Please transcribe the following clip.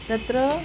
तत्र